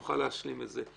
נוכל להשלים את זה.